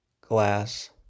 glass